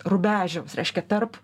rubežiaus reiškia tarp